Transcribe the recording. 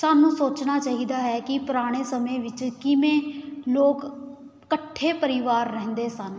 ਸਾਨੂੰ ਸੋਚਣਾ ਚਾਹੀਦਾ ਹੈ ਕਿ ਪੁਰਾਣੇ ਸਮੇਂ ਵਿੱਚ ਕਿਵੇਂ ਲੋਕ ਇਕੱਠੇ ਪਰਿਵਾਰ ਰਹਿੰਦੇ ਸਨ